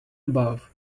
above